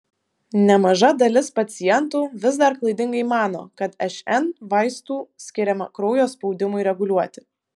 nemaža dalis pacientų vis dar klaidingai mano kad šn vaistų skiriama kraujo spaudimui reguliuoti